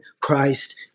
Christ